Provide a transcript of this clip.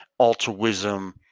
altruism